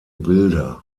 bilder